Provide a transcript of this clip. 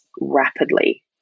rapidly